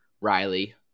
Riley